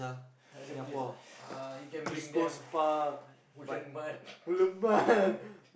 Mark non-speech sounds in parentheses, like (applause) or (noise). other place ah uh you can bring them Woodland-Mart (laughs)